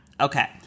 Okay